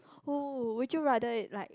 oh would you rather like